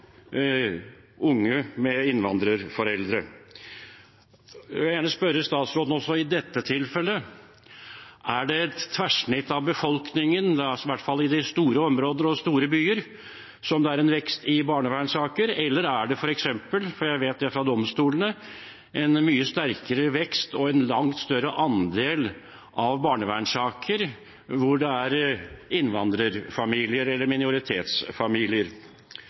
unge med innvandrerforeldre. Jeg vil gjerne spørre statsråden også i dette tilfellet: Er det et tverrsnitt av befolkningen, i hvert fall i de store områdene og i store byer, som har en vekst i barnevernssaker, eller er det f.eks. –jeg vet det fra domstolene – en mye sterkere vekst og en langt større andel av barnevernssaker der det er innvandrerfamilier eller minoritetsfamilier?